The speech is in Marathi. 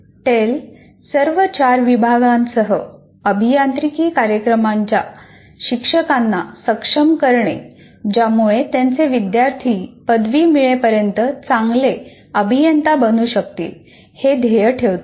टेल सर्व चार विभागांसह अभियांत्रिकी कार्यक्रमाच्या शिक्षकांना सक्षम करणे ज्यामुळे त्यांचे विद्यार्थी पदवी मिळेपर्यंत चांगले अभियंता बनू शकतील हे ध्येय ठेवते